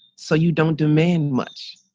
so you don't demand much.